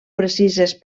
precises